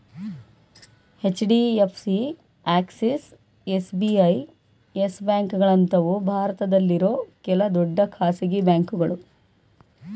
HDFC, Axis, SBI, Yes ಬ್ಯಾಂಕ್ಗಳಂತವು ಭಾರತದಲ್ಲಿರೋ ಕೆಲ ದೊಡ್ಡ ಖಾಸಗಿ ಬ್ಯಾಂಕುಗಳು